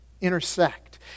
intersect